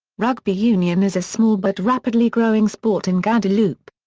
rugby union is a small but rapidly growing sport in guadeloupe.